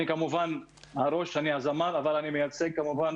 אני כמובן הראש, אני הזמר, אבל אני מייצג כמובן